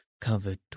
covered